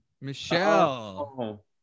Michelle